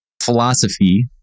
philosophy